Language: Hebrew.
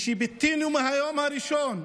שביטאנו מהיום הראשון,